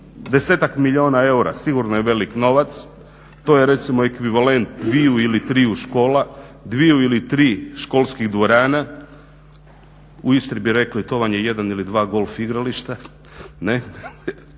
desetak milijuna eura sigurno je velik novac, to je recimo ekvivalent dviju ili triju škola, dviju ili tri školskih dvorana. U Istri bi rekli to vam je jedan ili dva golf igrališta, ne,